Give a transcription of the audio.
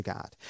God